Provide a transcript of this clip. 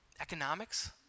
Economics